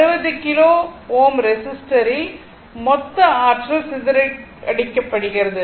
60 kilo Ω ரெஸிஸ்டரில் மொத்த ஆற்றல் சிதறடிக்கப்படுகிறது